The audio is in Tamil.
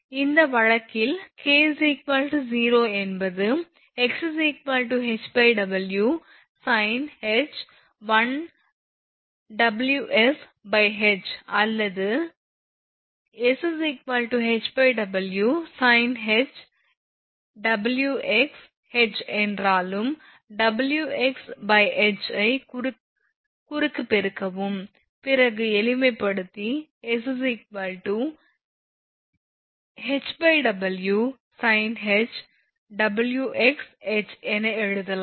இந்த வழக்கில் K 0 எனவே x HW sinh 1 WsH அல்லது s HW sinh WxH என்றாலும் WxH ஐ குறுக்கு பெருக்கவும் பிறகு எளிமைப்படுத்தி s HW sinh WxH என எழுதலாம்